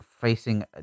facing